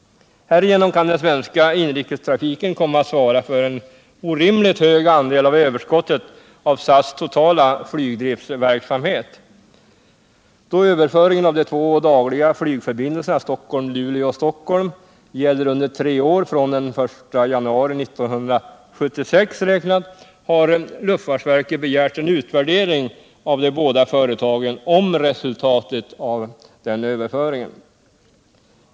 Härigenom kan den svenska inrikestrafiken komma att svara för en orimligt hög andel av överskottet av SAS:s totala flygdriftsverksamhet. Då överföringen av de två dagliga flygförbindelserna Stockholm-Luleå-Stockholm gäller under tre år från den 1 januari 1976 räknat, har luftfartsverket begärt en utvärdering av de båda företagen om resultatet av överföringen.